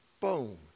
boom